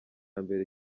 mbere